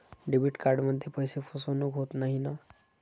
Debit कार्डमध्ये पैसे फसवणूक होत नाही ना?